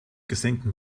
gesenktem